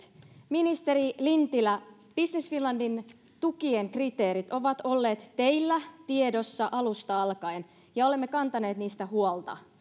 ministeri lintilä business finlandin tukien kriteerit ovat olleet teillä tiedossa alusta alkaen ja olemme kantaneet niistä huolta